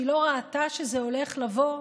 שהיא לא ראתה שזה הולך לבוא,